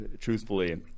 Truthfully